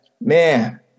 man